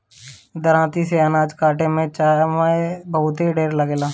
दराँती से अनाज काटे में समय बहुत ढेर लागेला